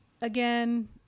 Again